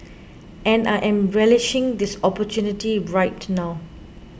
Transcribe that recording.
and I am relishing this opportunity right now